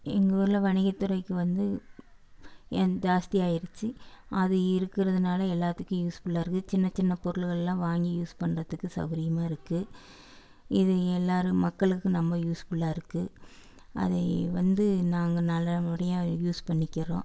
எங்கள் ஊரில் வணிகத் துறைக்கு வந்து ஜாஸ்தியாகிருச்சி அது இருக்கிறதுனால எல்லாத்துக்கும் யூஸ்ஃபுல்லாகருக்கு சின்ன சின்ன பொருளுகல்லாம் வாங்கி யூஸ் பண்றத்துக்கு சௌகரியமா இருக்குது இது எல்லாரும் மக்களுக்கு ரொம்ப யூஸ்ஃபுல்லாகருக்கு அதை வந்து நாங்கள் நல்ல படியா யூஸ் பண்ணிக்கிறோம்